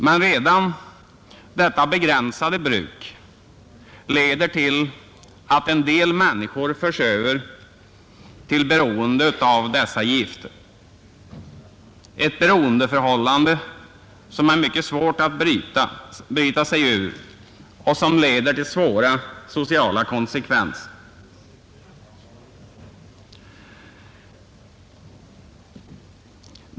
Men redan detta begränsade bruk leder till att en del människor förs över till beroende av dessa gifter, ett beroendeförhållande som är mycket svårt att bryta sig ur och som leder till svåra sociala konsekvenser.